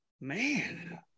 man